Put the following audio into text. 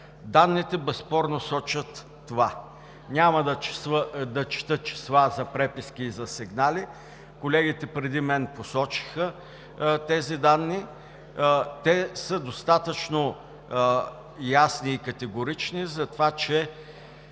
Данните безспорно сочат това. Няма да чета числа за преписки и за сигнали – колегите преди мен посочиха тези данни, те са достатъчно ясни и категорични за това, че